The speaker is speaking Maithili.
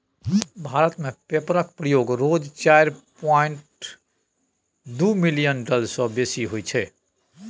भारत मे पेपरक प्रयोग रोज चारि पांइट दु मिलियन टन सँ बेसी होइ छै